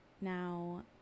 Now